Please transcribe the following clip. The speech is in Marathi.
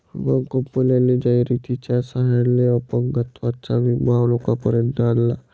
विमा कंपन्यांनी जाहिरातीच्या सहाय्याने अपंगत्वाचा विमा लोकांपर्यंत आणला